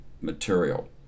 material